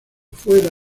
fuera